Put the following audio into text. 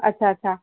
अच्छा अच्छा